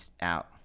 out